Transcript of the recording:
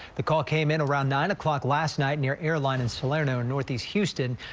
the call came in around nine o'clock last night near airline and salerno northeast. houston.